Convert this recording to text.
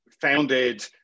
founded